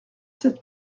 sept